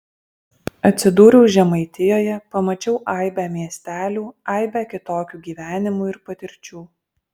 atsidūriau žemaitijoje pamačiau aibę miestelių aibę kitokių gyvenimų ir patirčių